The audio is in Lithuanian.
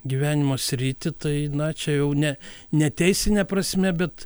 gyvenimo sritį tai na čia jau ne ne teisine prasme bet